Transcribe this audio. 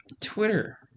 Twitter